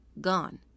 Gone